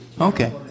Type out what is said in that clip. Okay